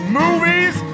movies